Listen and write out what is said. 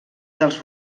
dels